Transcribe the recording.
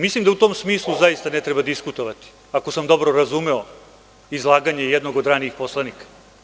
Mislim da u tom smislu zaista ne treba diskutovati ako sam dobro razumeo izlaganje jednog od ranijih poslanika.